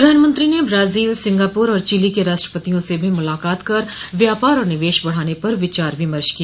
प्रधानमंत्री ने Brazil Singapore और चिली के राष्ट्रपतियों से भी मुलाकात कर व्यापार और निवेश बढ़ाने पर विचार विमर्श किया